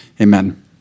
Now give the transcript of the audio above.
amen